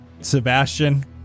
Sebastian